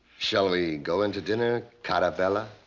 shall we go into dinner, cara bella?